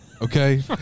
Okay